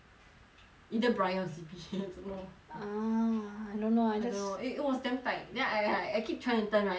either brian or C_B I don't know ah I don't know I just I don't know it was damn tight I keep trying to turn right then 我不能转